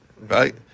right